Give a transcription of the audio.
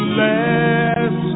last